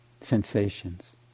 sensations